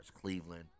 Cleveland